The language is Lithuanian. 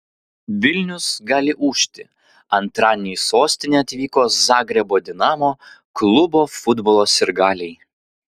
vilnius gali ūžti antradienį į sostinę atvyko zagrebo dinamo klubo futbolo sirgaliai